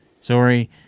Sorry